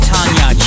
Tanya